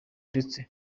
ndetse